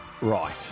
right